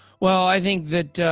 well, i think that,